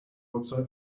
website